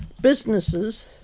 businesses